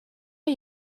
are